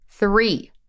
Three